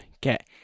get